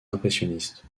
impressionnistes